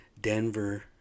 Denver